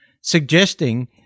suggesting